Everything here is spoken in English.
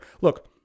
Look